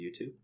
YouTube